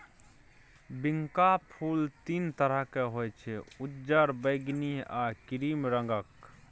बिंका फुल तीन तरहक होइ छै उज्जर, बैगनी आ क्रीम रंगक